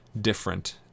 different